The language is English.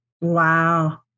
wow